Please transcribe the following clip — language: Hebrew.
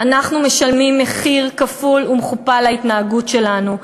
ואנחנו משלמים מחיר כפול ומכופל על ההתנהגות שלנו.